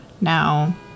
now